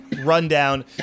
rundown